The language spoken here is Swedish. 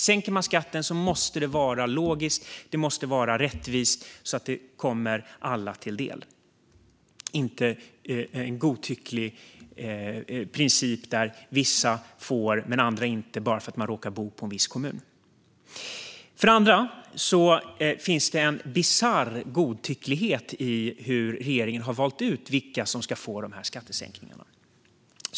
Sänker man skatten måste det vara logiskt och det måste vara rättvist så att det kommer alla till del och inte enligt en godtycklig princip där vissa får bara för att de råkar bo i en viss kommun och andra inte gör det. Det andra skälet är att det finns en bisarr godtycklighet i hur regeringen har valt ut vilka som ska få de här skattesänkningarna.